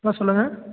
hello சொல்லுங்க